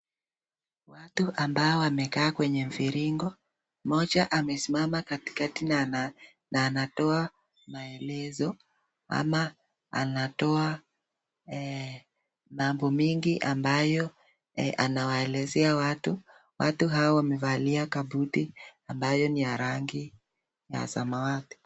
Watu ambao wamekaa kwenye mviringo. Moja amesimama katikati na anatoa maeleza ama anatoa mambo mingi ambayo anawaelezea watu. Watu hao wamevalia kabuti ambayo ni ya rangi ya samawati.